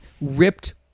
Ripped